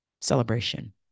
celebration